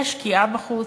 יש שקיעה בחוץ,